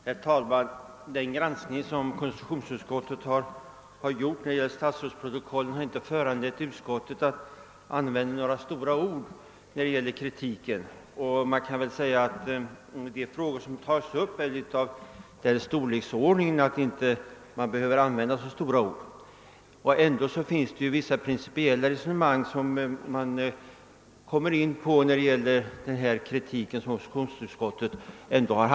Herr talman! Den granskning som konstitutionsutskottet gjort av statsrådsprotokollen har inte föranlett utskottet att använda några stora ord i fråga om kritiken, och man kan väl säga att de frågor som tas upp inte är av den storleksordningen att några stora ord behöver användas. Men ändå kommer man in på vissa principiella resonemang i den kritik som konstitutionsutskottet framfört.